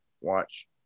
watch